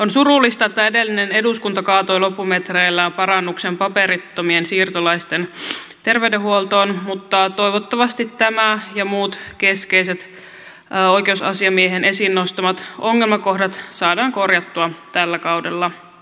on surullista että edellinen eduskunta kaatoi loppumetreillä parannuksen paperittomien siirtolaisten terveydenhuoltoon mutta toivottavasti tämä ja muut keskeiset oikeusasiamiehen esiin nostamat ongelmakohdat saadaan korjattua tällä kaudella